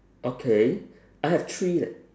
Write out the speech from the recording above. okay I have three leh